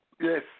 yes